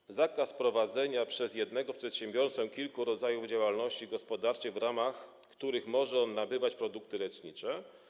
Wprowadza zakaz prowadzenia przez jednego przedsiębiorcę kilku rodzajów działalności gospodarczej, w ramach których może on nabywać produkty lecznicze.